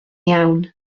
iawn